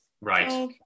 right